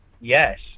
yes